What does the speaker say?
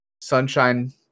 Sunshine